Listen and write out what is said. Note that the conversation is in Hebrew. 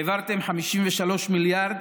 העברתם 53 מיליארד